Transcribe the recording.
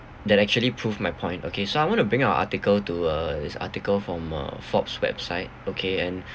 that actually proved my point okay so I want to bring out a article to uh this article from a Fox website okay and